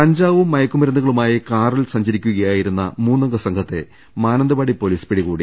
കഞ്ചാവും മയക്കുമരുന്നുകളുമായി കാറിൽ സഞ്ചിരിക്കുകയാ യിരുന്ന മൂന്നംഗ സംഘത്തെ മാനന്തവാടി പൊലീസ് പിടികൂടി